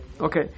okay